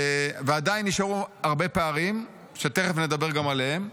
ועדיין נשארו הרבה פערים, שתכף נדבר גם עליהם.